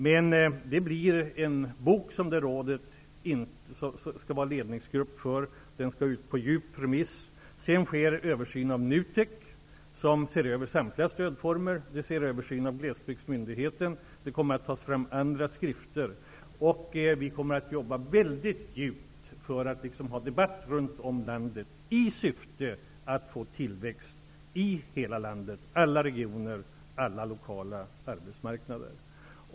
Det rådet skall vara ledningsgrupp vid framtagandet av en bok som skall ut på bred remiss. Sedan görs en översyn av NUTEK, som ser över samtliga stödformer. Det görs en översyn av Glesbygdsmyndigheten. Det kommer att tas fram andra skrifter. Vi kommer att arbeta mycket djupt och föra debatt runt om i landet i syfte att få tillväxt i hela landet, i alla regioner och på alla lokala arbetsmarknader.